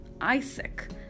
Isaac